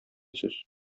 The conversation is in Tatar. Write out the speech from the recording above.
сүз